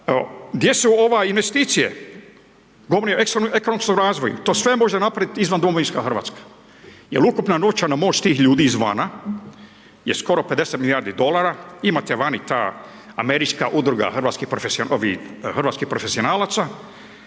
gdje su investicije, govorim o ekonomskom razvoju, to sve može napraviti izvan domovinska Hrvatska jer ukupna novčana moć tih ljudi izvana je skoro 50 milijardi dolara, imate vani ta Američka udruga hrvatskih profesionalaca,